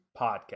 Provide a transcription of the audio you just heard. podcast